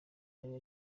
yari